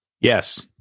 Yes